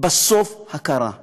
בסוף, הכרה.